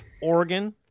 Oregon